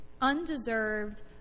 undeserved